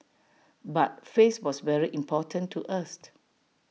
but face was very important to us